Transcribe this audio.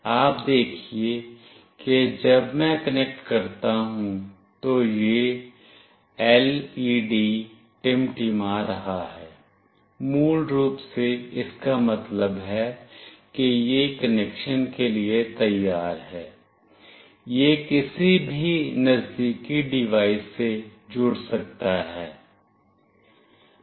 आप देखिए कि जब मैं कनेक्ट करता हूं तो यह LED टिमटिमा रहा है मूल रूप से इसका मतलब है कि यह कनेक्शन के लिए तैयार है यह किसी भी नजदीकी डिवाइस से जुड़ सकता है